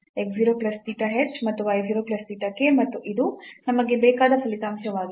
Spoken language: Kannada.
x 0 plus theta h ಮತ್ತು y 0 plus theta k ಮತ್ತು ಇದು ನಮಗೆ ಬೇಕಾದ ಫಲಿತಾಂಶವಾಗಿದೆ